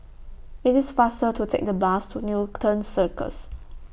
IT IS faster to Take The Bus to Newton Circus